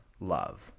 love